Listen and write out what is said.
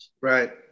Right